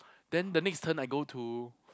then the next turn I go to